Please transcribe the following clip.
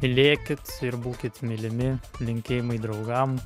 mylėkit ir būkit mylimi linkėjimai draugam